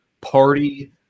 party